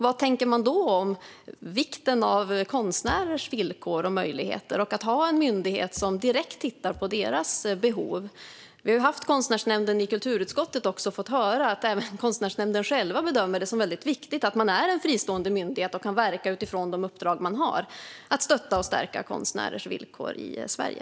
Vad tänker man då om vikten av konstnärers villkor och möjligheter och att ha en myndighet som direkt tittar på deras behov? Konstnärsnämnden har kommit till kulturutskottet, och vi har fått höra att även Konstnärsnämnden bedömer det som viktigt att man är en fristående myndighet och kan verka utifrån de uppdrag man har - det vill säga att stötta och stärka konstnärers villkor i Sverige.